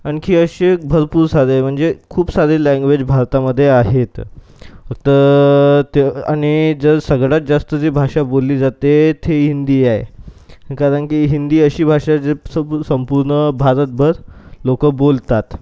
आणखी असे भरपूर सारे म्हणजे खूप सारे लँग्वेज भारतामधे आहेत फक्त ते आणि जर सगळ्यात जास्त जी भाषा बोलली जाते ती हिंदी आहे कारण की हिंदी अशी भाषा जी संपू संपूर्ण भारतभर लोक बोलतात